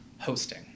hosting